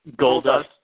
Goldust